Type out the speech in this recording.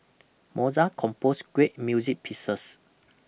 Mozart composed great music pieces